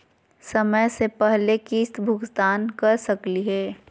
समय स पहले किस्त भुगतान कर सकली हे?